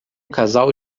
casal